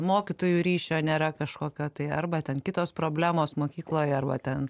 mokytojų ryšio nėra kažkokio tai arba ten kitos problemos mokykloj arba ten